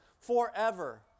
forever